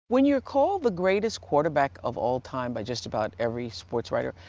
when you're called the greatest quarterback of all time by just about every sports writer,